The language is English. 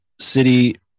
city